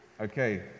Okay